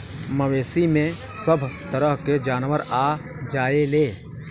मवेसी में सभ तरह के जानवर आ जायेले